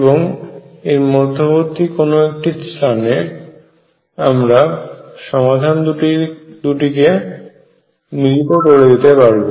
এবং এর মধ্যবর্তী কোনো একটি স্থানে আমরা সমাধান দুটিকে মিলিত করে দিতে পারব